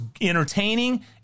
entertaining